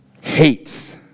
hates